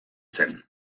zen